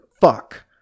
fuck